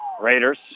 Raiders